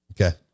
Okay